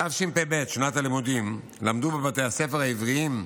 בשנת הלימודים תשפ"ב למדו בבתי הספר העבריים,